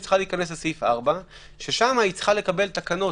היא צריכה להיכנס לסעיף 4. שם היא צריכה לקבל תקנות